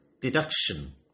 Deduction